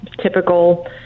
typical